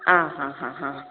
ആ ആ ആ ആ